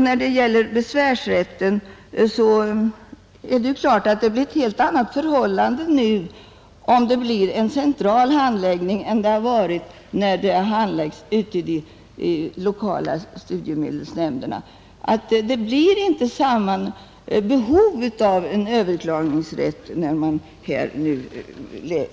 När det gäller besvärsrätten är det klart att det blir ett helt annat förhållande nu, om det blir en central handläggning, än det varit när handläggningen skett ute i de lokala studiemedelsnämnderna. Det blir inte samma behov av en överklagningsrätt